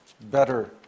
better